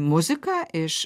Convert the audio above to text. muzika iš